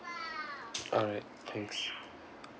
alright thanks